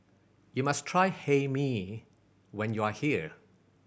you must try Hae Mee when you are here